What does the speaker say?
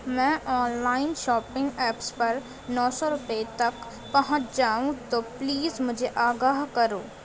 میں online shopping apps پر نو سو روپے تک پہنچ جاؤں تو پلیز مجھے آگاہ کرو